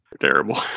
Terrible